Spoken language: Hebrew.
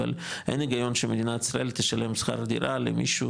אבל אין הגיון שמדינת ישראל תשלם שכר דירה למישהו